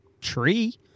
tree